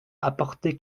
apporter